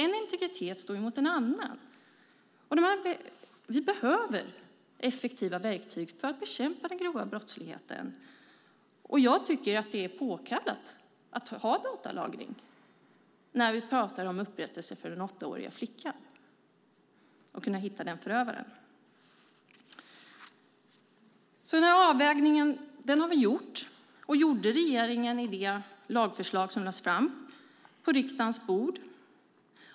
En integritet står mot en annan. Vi behöver effektiva verktyg för att bekämpa den grova brottsligheten. Jag tycker att det är påkallat att ha datalagring när vi pratar om upprättelse för den åttaåriga flickan och att hitta hennes förövare. Vi har gjort denna avvägning, och det gjorde regeringen i det lagförslag som lades fram på riksdagens bord.